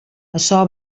açò